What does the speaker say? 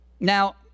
Now